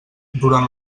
durant